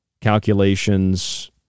calculations